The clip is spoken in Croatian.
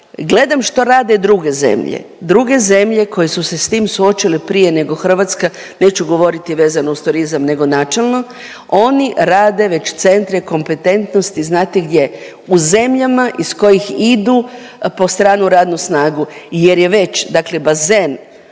gledam što rade druge zemlje. Druge zemlje koje su se s tim suočile prije nego Hrvatska, neću govoriti vezano uz turizam nego načelno, oni rade već centre kompetentnosti, znate gdje? U zemljama iz kojih idu po stranu radnu snagu jer je već dakle bazen